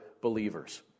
believers